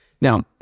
Now